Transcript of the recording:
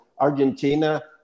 Argentina